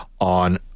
on